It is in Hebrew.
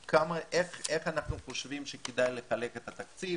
איך אנחנו חושבים שכדאי לחלק את התקציב.